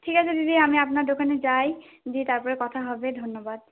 ঠিক আছে দিদি আমি আপনার দোকানে যাই গিয়ে তারপরে কথা হবে ধন্যবাদ